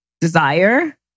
desire